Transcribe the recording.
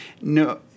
No